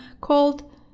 called